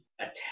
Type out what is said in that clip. attack